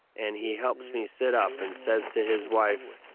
and he helps me sit up and says to his wife,